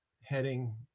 heading